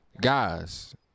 guys